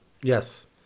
Yes